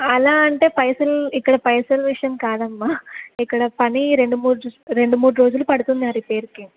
అలా అంటే పైసలు ఇక్కడ పైసలు విషయం కాదమ్మ ఇక్కడ పని రెండు మూడు రెండు మూడు రోజులు పడుతుంది ఆ రిపేర్కి